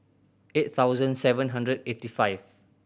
eight thousand seven hundred eighty five